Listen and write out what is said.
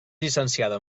llicenciada